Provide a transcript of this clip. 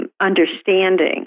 understanding